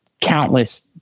countless